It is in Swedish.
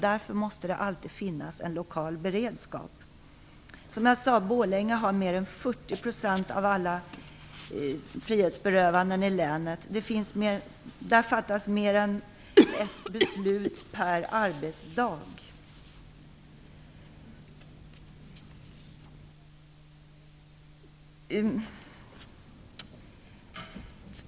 Därför måste det alltid finnas en lokal beredskap. Som jag sade har Borlänge mer än 40 % av alla frihetsberövanden i länet. Där fattas mer än ett beslut per arbetsdag.